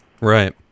right